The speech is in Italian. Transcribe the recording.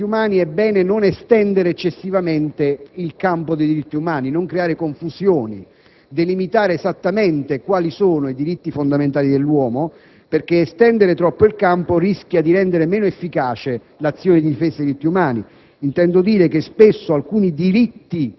Quando ci si batte a difesa dei diritti umani è bene non estendere eccessivamente il campo, non creare confusioni, delimitare esattamente quali sono i diritti fondamentali dell'uomo; estendere troppo il campo rischia di rendere meno efficace l'azione di difesa dei diritti umani.